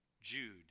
Jude